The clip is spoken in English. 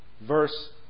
verse